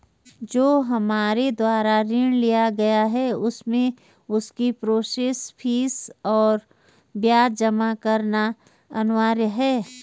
जो हमारे द्वारा ऋण लिया गया है उसमें उसकी प्रोसेस फीस और ब्याज जमा करना अनिवार्य है?